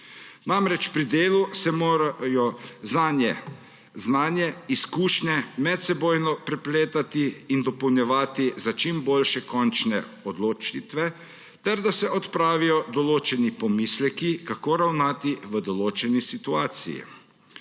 Pri delu se morajo znanje, izkušnje medsebojno prepletati in dopolnjevati za čim boljše končne odločitve ter da se odpravijo določeni pomisleki, kako ravnati v določeni situaciji.